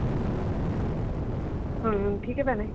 ਹਮ ਹਾਂ ਠੀਕ ਆ ਭੈਣੇ